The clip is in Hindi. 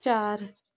चार